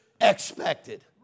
expected